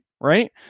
right